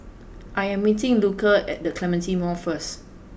I am meeting Luca at The Clementi Mall first